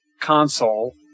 console